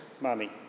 money